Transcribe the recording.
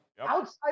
Outside